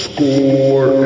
Score